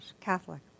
Catholic